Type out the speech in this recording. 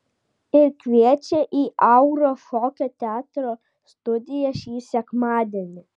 ir kviečia į auros šokio teatro studiją šį sekmadienį